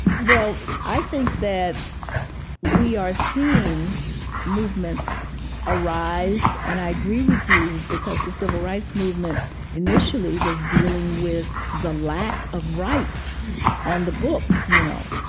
well, i think that we are seeing movements arise and i agree with you because the civil rights movement initially was dealing with the lack of rights on the books, you know,